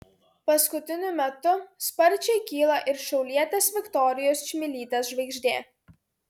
paskutiniu metu sparčiai kyla ir šiaulietės viktorijos čmilytės žvaigždė